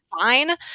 fine